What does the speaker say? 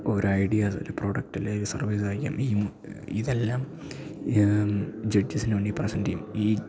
ഒരൈഡ്യാ തരും പ്രോഡക്റ്റല്ലേ ഒരു സർവീസായിരിക്കാം ഈ ഇതെല്ലം ജെഡ്ജസിന് വേണ്ടി പ്രെസെൻറ്റ് ചെയ്യും ഈ